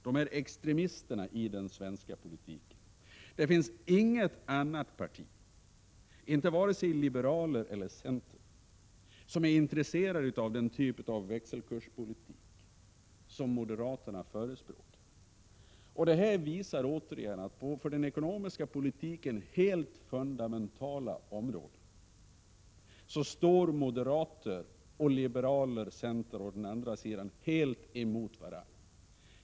De är extremisterna i den svenska politiken. Inget annat parti — varken liberaler eller centerpartister — är intresserat av den typ av växelkurspolitik som moderaterna förespråkar. Det visar återigen att moderater å den ena sidan och liberaler och centerpartister å den andra står helt emot varandra på för den ekonomiska politiken helt fundamentala områden.